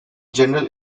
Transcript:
general